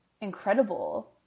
incredible